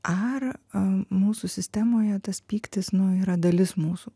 ar mūsų sistemoje tas pyktis nu yra dalis mūsų